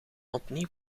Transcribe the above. opnieuw